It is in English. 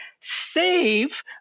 save